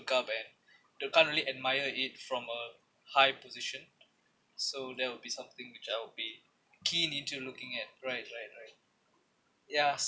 up and you can't really admire it from a high position so there will be something which I will be keen into looking at right right right ya